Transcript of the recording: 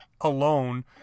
alone